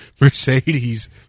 Mercedes